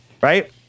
right